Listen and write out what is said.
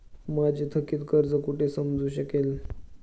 माझे थकीत कर्ज कुठे समजू शकेल?